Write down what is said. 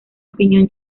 opinión